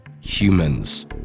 Humans